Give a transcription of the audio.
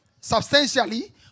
substantially